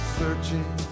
searching